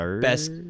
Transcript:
best